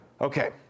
Okay